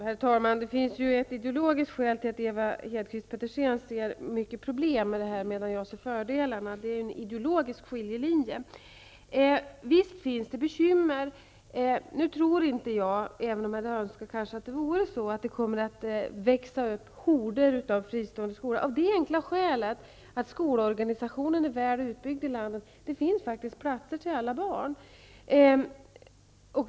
Herr talman! Det finns ett ideologiskt skäl till att Ewa Hedkvist Petersen ser så många problem medan jag ser fördelarna. Det finns där en ideologisk skiljelinje. Visst finns de bekymmer. Nu tror jag inte, även om jag kanske önskar att det vore så, att det kommer att växa upp horder av fristående skolor, eftersom skolorganisationen är väl utbyggd i landet. Det finns faktiskt platser till alla barn.